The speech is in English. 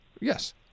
Yes